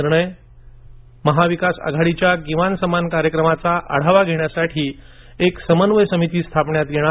निर्णय महाविकास आघाडीच्या किमान समान कार्यक्रमाचा आढावा घेण्यासाठी एक समन्वय समिती स्थापण्यात येणार